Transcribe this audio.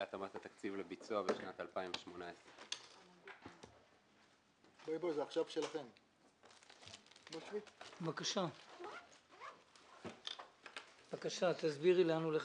להתאמת התקציב לביצוע בשנת 2018. תסבירי לאן הולך